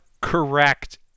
correct